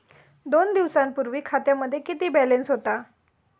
दोन दिवसांपूर्वी खात्यामध्ये किती बॅलन्स होता?